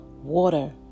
Water